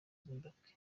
zimbabwe